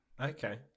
Okay